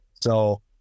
So-